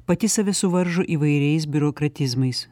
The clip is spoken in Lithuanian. pati save suvaržo įvairiais biurokratizmais